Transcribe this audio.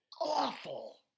awful